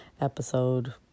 episode